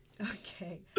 Okay